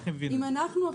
איך יודעים את זה?